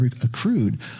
accrued